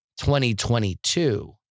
2022